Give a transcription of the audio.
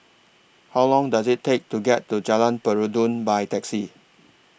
How Long Does IT Take to get to Jalan Peradun By Taxi